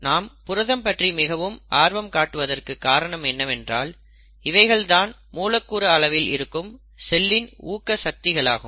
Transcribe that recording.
நாம் புரதம் பற்றி மிகவும் ஆர்வம் காட்டுவதற்கு காரணம் என்னவென்றால் இவைகள் தான் மூலக்கூறு அளவில் இருக்கும் செல்லின் ஊக்க சக்திகளாகும்